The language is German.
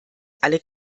alle